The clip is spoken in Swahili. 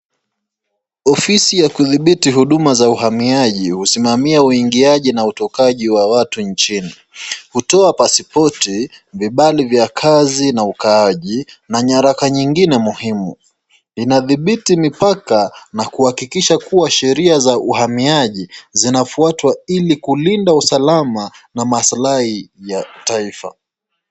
Ofisi ya kudhibiti huduma za uhamiaji husimamia huingiaji na utokaji watu nchini. Hutoa passporti , vibali vya kazi na ukaaji na nyaraka nyingine muhimu. Inadhibiti mipaka na kuhakukikisha kua sheria za uhamiaji zinafuatwa ili kulinda usalama na maslahi ya taifa.